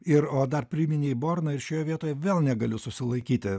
ir o dar priminei borną ir šioje vietoje vėl negaliu susilaikyti